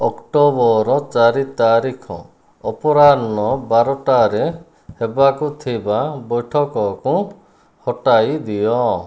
October ଚାରି ତାରିଖ ଅପରାହ୍ନ ବାରଟାରେ ହେବାକୁ ଥିବା ବୈଠକକୁ ହଟାଇ ଦିଅ